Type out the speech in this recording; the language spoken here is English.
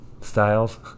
Styles